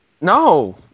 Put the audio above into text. No